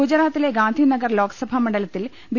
ഗുജറാത്തിലെ ഗാന്ധിന്ഗർ ലോക്സഭാ മണ്ഡലത്തിൽ ബി